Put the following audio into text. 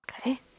Okay